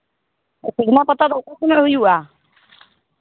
ᱥᱚᱡᱽᱱᱟ ᱯᱟᱛᱟ ᱫᱚ ᱚᱠᱟ ᱥᱚᱢᱚᱭ ᱦᱩᱭᱩᱜᱼᱟ